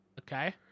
Okay